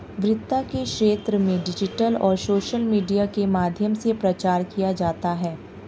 वित्त के क्षेत्र में डिजिटल और सोशल मीडिया के माध्यम से प्रचार किया जाता है